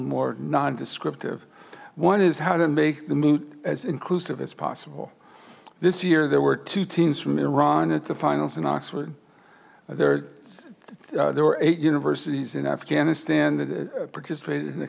more non descriptive one is how to make the moot as inclusive as possible this year there were two teams from iran at the finals in oxford there there were eight universities in afghanistan that participated in the